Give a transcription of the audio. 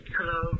Hello